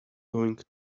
going